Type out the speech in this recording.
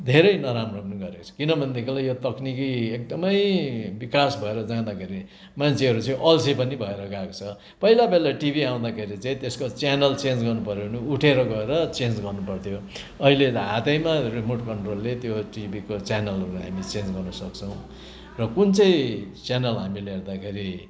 धेरै नराम्रो पनि गरेको छ किनभनेदेखिलाई यो तक्निकी एकदमै विकास भएर जाँदाखेरि मान्छेहरू चाहिँ अल्छे पनि भएर गएको छ पहिला पहिला टिभी आउँदाखेरि चाहिँ त्यसको च्यानल चेन्ज गर्नुपऱ्यो भने उठेर गएर चेन्ज गर्नुपर्थ्यो अहिले त हातैमा रिमोट कन्ट्रोलले त्यो टिभीको च्यानलहरूलाई हामी चेन्ज गर्नु सक्छौँ र कुन चाहिँ च्यानल हामीले हेर्दाखेरि